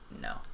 No